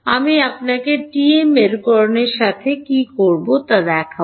আমি আপনাকে টিএম মেরুকরণের সাথে কী করব তা দেখাব